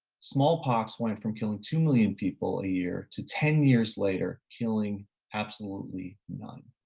smallpox went from killing two million people a year to ten years later killing absolutely none.